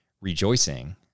rejoicing